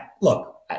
look